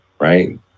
right